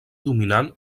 dominant